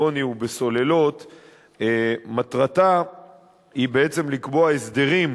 בין היתר, קיימות בעולם,